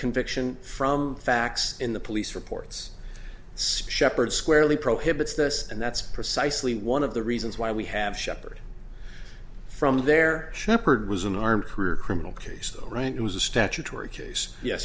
conviction from facts in the police reports sheppard squarely prohibits this and that's precisely one of the reasons why we have sheppard from there sheppard was unarmed career criminal case all right it was a statutory case yes